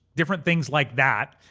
different things like that.